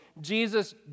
Jesus